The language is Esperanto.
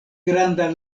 granda